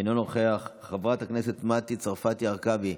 אינו נוכח, חברת הכנסת מטי צרפתי הרכבי,